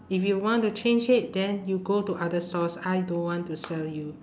if you want to change it then you go to other stalls I don't want to sell you